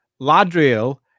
Ladriel